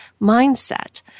mindset